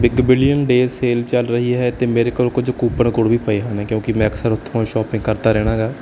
big billion day sale ਚੱਲ ਰਹੀ ਹੈ ਅਤੇ ਮੇਰੇ ਕੋਲ ਕੁਝ ਕੂਪਨ ਕੋਡ ਵੀ ਪਏ ਹਨ ਕਿਉਂਕਿ ਮੈਂ ਅਕਸਰ ਉੱਥੋਂ ਸ਼ੋਪਿੰਗ ਕਰਦਾ ਰਹਿੰਦਾ ਗਾ